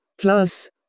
Plus